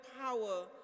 power